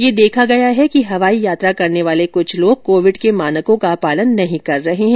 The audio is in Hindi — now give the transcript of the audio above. यह देखा गया है कि हवाई यात्रा करने वाले कुछ लोग कोविड के मानकों का पालन नहीं कर रहे हैं